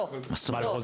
מה זאת אומרת?